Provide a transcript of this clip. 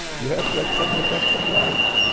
you have to accept the facts of life.